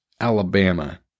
Alabama